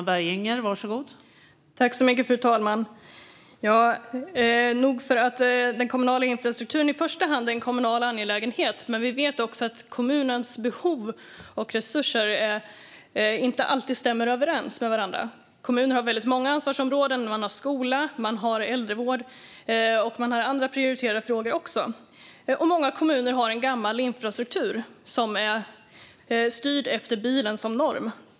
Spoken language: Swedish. Fru talman! Nog för att den kommunala infrastrukturen i första hand är en kommunal angelägenhet, men vi vet också att kommunernas behov och resurser inte alltid stämmer överens med varandra. Kommuner har väldigt många ansvarsområden, som skola, äldrevård och andra prioriterade frågor. Många kommuner har dessutom en gammal infrastruktur som är byggd med bilen som norm.